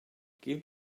give